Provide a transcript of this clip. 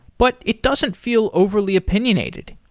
but it doesn't feel overly opinionated.